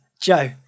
Joe